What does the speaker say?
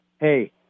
hey